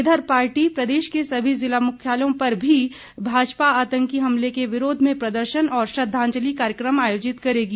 इधर पार्टी प्रदेश के सभी जिला मुख्यालयों पर भी भाजपा आतंकी हमले के विरोध में प्रदर्शन और श्रद्धांजलि कार्यकम आयोजित करेगी